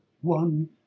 one